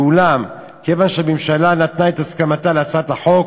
ואולם כיוון שהממשלה נתנה את הסכמתה להצעת החוק,